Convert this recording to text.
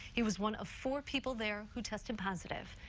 he was one of four people there who tested positive.